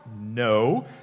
no